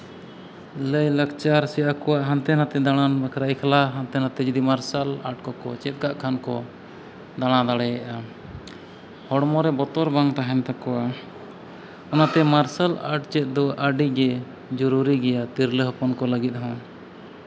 ᱞᱟᱹᱭᱼᱞᱟᱠᱪᱟᱨ ᱥᱮ ᱦᱟᱱᱛᱮᱼᱱᱟᱛᱮ ᱫᱟᱬᱟᱱ ᱵᱟᱠᱷᱨᱟ ᱮᱠᱞᱟ ᱦᱟᱱᱛᱮᱼᱱᱟᱛᱮ ᱡᱩᱫᱤ ᱢᱟᱨᱥᱟᱞ ᱟᱨᱴ ᱠᱚᱠᱚ ᱪᱮᱫ ᱠᱟᱜ ᱠᱷᱟᱱ ᱫᱚ ᱫᱟᱬᱟ ᱫᱟᱲᱮᱭᱟᱜᱼᱟ ᱦᱚᱲᱢᱚ ᱨᱮ ᱵᱚᱛᱚᱨ ᱵᱟᱝ ᱛᱟᱦᱮᱱ ᱛᱟᱠᱚᱣᱟ ᱚᱱᱟᱛᱮ ᱢᱟᱨᱥᱟᱞ ᱟᱨᱴ ᱪᱮᱫ ᱫᱚ ᱟᱹᱰᱤᱜᱮ ᱡᱚᱨᱩᱨᱤ ᱜᱮᱭᱟ ᱛᱤᱨᱞᱟᱹ ᱦᱚᱯᱚᱱ ᱠᱚ ᱞᱟᱹᱜᱤᱫ ᱦᱚᱸ